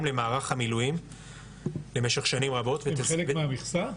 למערך המילואים במשך שנים רבות -- הם חלק מהמכסה?